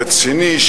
רציני,